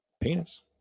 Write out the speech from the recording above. Penis